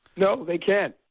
no they can't,